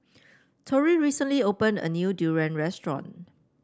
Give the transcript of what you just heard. Torie recently opened a new durian restaurant